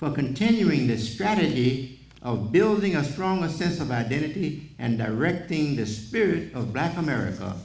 but continuing this strategy of building a stronger sense of identity and directing this spirit of black america